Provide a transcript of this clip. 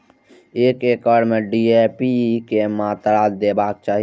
एक एकड़ में डी.ए.पी के मात्रा देबाक चाही?